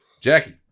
Jackie